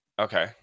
Okay